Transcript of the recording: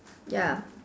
ya